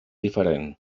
diferent